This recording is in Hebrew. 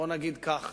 בוא ונאמר ככה,